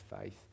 faith